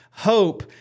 Hope